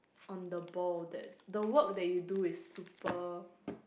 on the ball that the work that you do is super